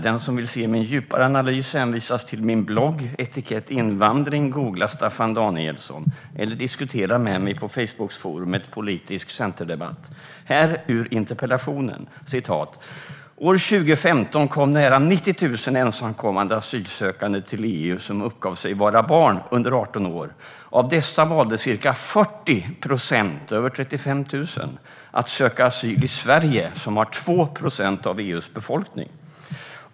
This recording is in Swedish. Den som vill se min djupare analys hänvisas till min blogg och etiketten "Invandring". Om man googlar mitt namn hittar man bloggen. Man kan också diskutera med mig på Facebookgruppen med namnet Politisk Centerdebatt. I min interpellation skriver jag: År 2015 kom nära 90 000 ensamkommande asylsökande till EU som uppgav sig vara barn under 18 år. Av dessa valde ca 40 procent, över 35 000, att söka asyl i Sverige som har 2 procent av EU:s befolkning.